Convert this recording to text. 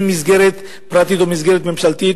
אם מסגרת פרטית או מסגרת ממשלתית,